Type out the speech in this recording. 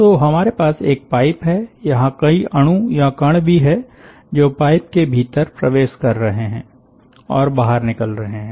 तो हमारे पास एक पाइप है यहाँ कई अणु या कण भी हैं जो पाइप के भीतर प्रवेश कर रहे है और बाहर निकल रहे हैं